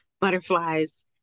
butterflies